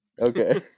Okay